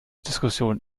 diskussionen